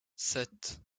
sept